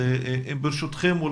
ברשותכם,